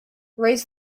raise